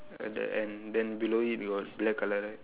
at the end then below it got black colour right